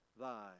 thy